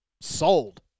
Sold